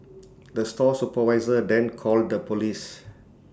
the store supervisor then called the Police